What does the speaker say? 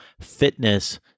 fitness